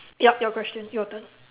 yup your questions your turn